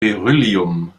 beryllium